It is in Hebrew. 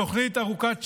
התוכנית היא ארוכת שנים,